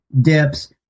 dips